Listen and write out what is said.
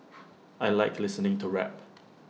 I Like listening to rap